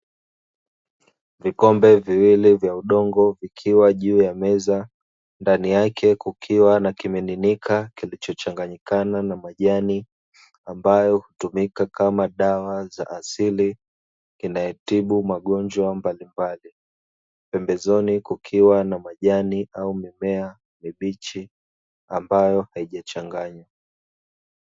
Vikombe viwlili vya udongo vikiwa juu ya meza ndani yake kukiwa na kimiminika kilichochanganyikana na majani ambayo hutumika kama dawa za asili inayotibu magonjwa mbalimbali, pembezoni kukiwa na majani au mimea mibichi ambayo haijachanganywa.